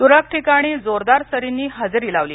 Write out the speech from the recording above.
तुरळक ठिकाणी जोरदार सरींनी हजेरी लावली